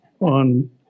on